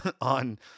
on